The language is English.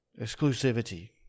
Exclusivity